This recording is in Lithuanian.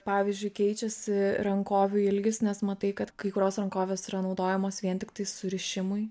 pavyzdžiui keičiasi rankovių ilgis nes matai kad kai kurios rankovės yra naudojamos vien tiktai surišimui